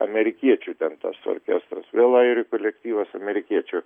amerikiečių ten tas orkestras vėl airių kolektyvas amerikiečių